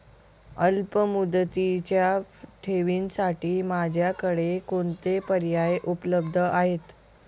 अल्पमुदतीच्या ठेवींसाठी माझ्याकडे कोणते पर्याय उपलब्ध आहेत?